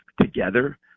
together